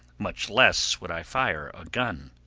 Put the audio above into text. much less would i fire a gun.